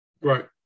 right